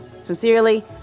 Sincerely